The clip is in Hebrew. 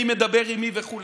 מי מדבר עם מי וכו',